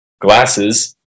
glasses